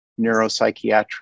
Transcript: neuropsychiatric